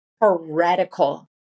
Heretical